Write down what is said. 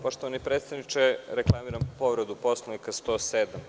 Poštovani predsedniče, reklamiram povredu Poslovnika, član 107.